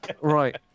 Right